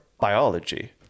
Biology